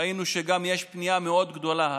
ראינו שיש גם פניות במידה מאוד גדולה,